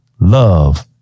love